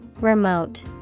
Remote